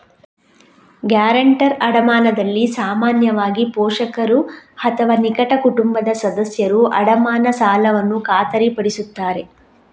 guarantor ಅಡಮಾನದಲ್ಲಿ ಸಾಮಾನ್ಯವಾಗಿ, ಪೋಷಕರು ಅಥವಾ ನಿಕಟ ಕುಟುಂಬದ ಸದಸ್ಯರು ಅಡಮಾನ ಸಾಲವನ್ನು ಖಾತರಿಪಡಿಸುತ್ತಾರೆ